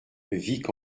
vic